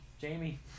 Jamie